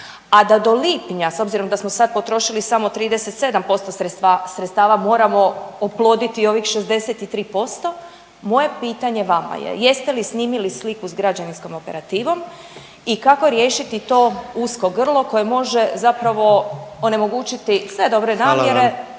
a da do lipnja s obzirom da smo sad potrošili samo 37% sredstava moramo oploditi ovih 63% moje pitanje vama je, jeste li snimili sliku s građevinskom operativom i kako riješiti to usko grlo koje može zapravo onemogućiti sve dobre namjere